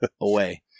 away